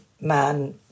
man